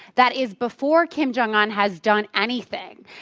that is before kim jong un has done anything.